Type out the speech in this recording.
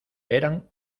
eran